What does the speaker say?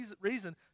reason